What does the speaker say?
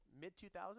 mid-2000s